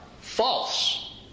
false